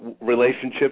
relationships